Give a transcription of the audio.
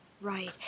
Right